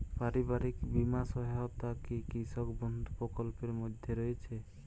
পারিবারিক বীমা সহায়তা কি কৃষক বন্ধু প্রকল্পের মধ্যে রয়েছে?